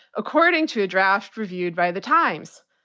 according to a draft reviewed by the times.